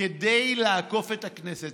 כדי לעקוף את הכנסת.